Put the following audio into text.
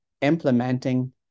implementing